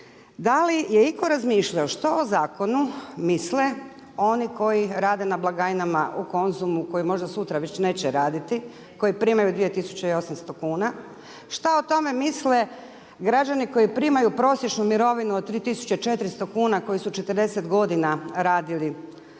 da li je itko razmišljao što o zakonu misle oni koji rade na blagajnama u Konzumu koje možda već sutra neće raditi, koji primaju 2 800 kuna? Šta o tome misle građani koji primaju prosječnu mirovinu od 3 400 kuna koju su 40 godina radili